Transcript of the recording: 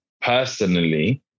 personally